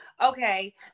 Okay